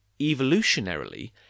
evolutionarily